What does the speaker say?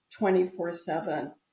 24-7